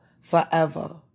forever